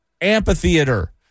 Amphitheater